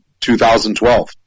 2012